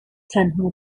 تنها